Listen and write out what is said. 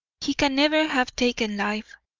he can never have taken life.